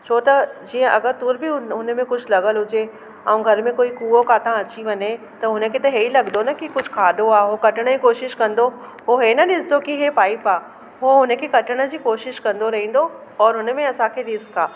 छो त जीअं अगरि तुर बि हुन में कुझु लॻल हुजे ऐं घर में कोई कूओ कितां अची वञे त हुनखे त इहे ई लॻंदो ना कि कुझु खाधो आहे उहो कटण जी कोशिश कंदो हुओ इहे न ॾिसंदो की हे पाईप आहे उहो हुनखे कटण जी कोशिश कंदो रहींदो और हुनमें असांखे रिस्क आहे